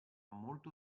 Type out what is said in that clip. molto